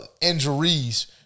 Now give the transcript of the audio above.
injuries